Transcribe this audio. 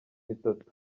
itatu